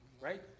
right